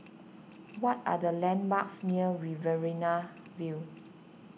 what are the landmarks near Riverina View